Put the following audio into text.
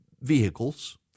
vehicles